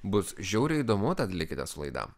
bus žiauriai įdomu tad likite su laida